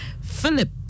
Philip